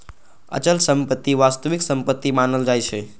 अचल संपत्ति वास्तविक संपत्ति मानल जाइ छै